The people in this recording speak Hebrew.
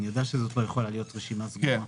אני יודע שזה לא יכול להיות רשימה סגורה.